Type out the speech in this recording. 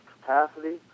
capacity